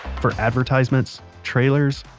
for advertisements, trailers,